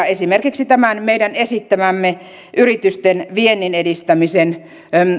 esimerkiksi tämän meidän esittämämme yritysten viennin edistämisen